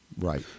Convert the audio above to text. Right